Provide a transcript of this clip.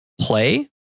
play